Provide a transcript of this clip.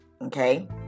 Okay